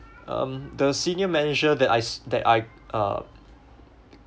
um the senior manager that I s~ that I uh